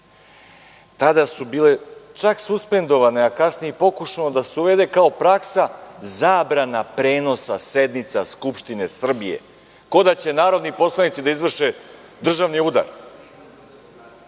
Tada su bile čak suspendovane, a kasnije je pokušano da se uvede kao praksa zabrana prenosa sednica Skupštine Srbije, kao da će narodni poslanici da izvrše državni udar.O